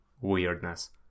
weirdness